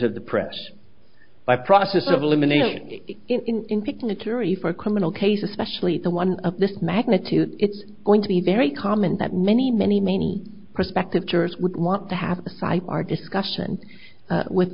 of the press by process of elimination in picking a jury for a criminal case especially the one of this magnitude it's going to be very common that many many many prospective jurors would want to have the sipar discussion with